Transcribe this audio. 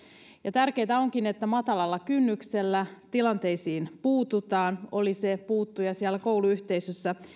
tärkeätä onkin että matalalla kynnyksellä tilanteisiin puututaan oli se puuttuja siellä kouluyhteisössä